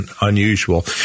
unusual